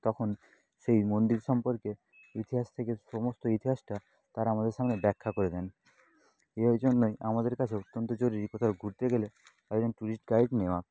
তখন সেই মন্দির সম্পর্কে ইতিহাস থেকে সমস্ত ইতিহাসটা তারা আমাদের সামনে ব্যাখ্যা করে দেন এর জন্যই আমাদের কাছে অত্যন্ত জরুরি কোথাও ঘুরতে গেলে তাদের ট্যুরিস্ট গাইড নেওয়া